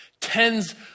Tens